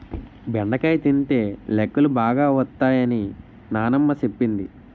బెండకాయ తినితే లెక్కలు బాగా వత్తై అని నానమ్మ సెప్పింది